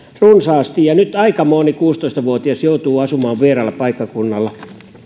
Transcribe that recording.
runsaasti ja nyt aika moni kuusitoista vuotias joutuu asumaan vieraalla paikkakunnalla